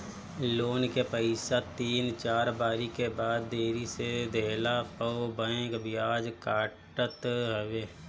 loan के पईसा तीन चार बारी के बाद देरी से देहला पअ बैंक बियाज काटत हवे